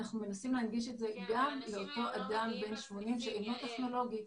אנחנו מנסים להנגיש את זה גם לאותו אדם בן 80 שהוא לא טכנולוגי.